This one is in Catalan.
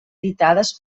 editades